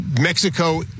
Mexico